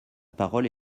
parole